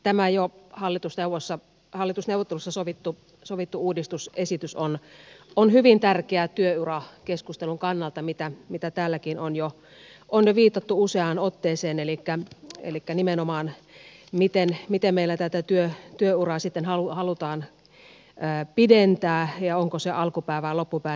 tämä jo hallitusneuvotteluissa sovittu uudistusesitys on hyvin tärkeä työurakeskustelun kannalta mihin täälläkin on jo viitattu useaan otteeseen elikkä nimenomaan miten meillä tätä työuraa sitten halutaan pidentää ja onko se alkupää vai loppupää